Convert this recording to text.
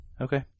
Okay